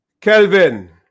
Kelvin